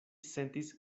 sentis